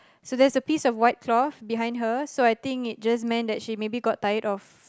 so there's a piece of white clothe behind her so it just meant that she maybe got tired of